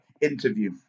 interview